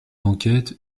enquêtes